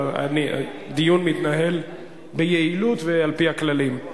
והדיון מתנהל ביעילות ועל-פי הכללים.